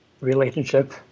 relationship